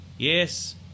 Yes